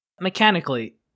Mechanically